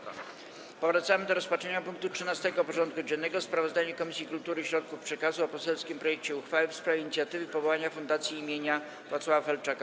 Powracamy do rozpatrzenia punktu 13. porządku dziennego: Sprawozdanie Komisji Kultury i Środków Przekazu o poselskim projekcie uchwały w sprawie inicjatywy powołania Fundacji im. Wacława Felczaka.